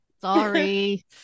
Sorry